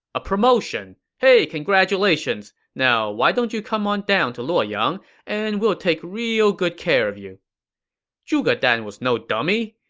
a promotion. hey, congratulations. now why don't you come on down to luoyang and we'll take real good care of you zhuge dan was no dummy.